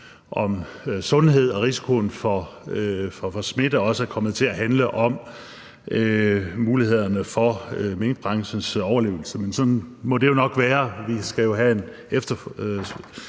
om sundhed og risiko for smitte, er den også kommet til at handle om mulighederne for minkbranchens overlevelse, men sådan må det jo nok være. Vi skal jo have en efterfølgende